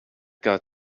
got